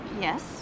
Yes